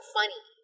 funny